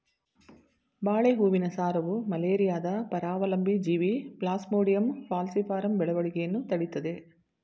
ಬಾಳೆ ಹೂವಿನ ಸಾರವು ಮಲೇರಿಯಾದ ಪರಾವಲಂಬಿ ಜೀವಿ ಪ್ಲಾಸ್ಮೋಡಿಯಂ ಫಾಲ್ಸಿಪಾರಮ್ ಬೆಳವಣಿಗೆಯನ್ನು ತಡಿತದೇ